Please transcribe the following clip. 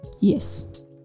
Yes